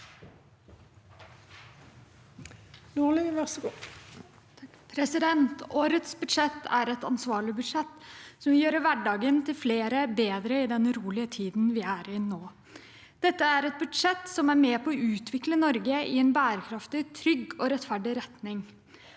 Årets budsjett er et ansvarlig budsjett som vil gjøre hverdagen til flere bedre i den urolige tiden vi er i nå. Dette er et budsjett som er med på å utvikle Norge i en bærekraftig, trygg og rettferdig retning.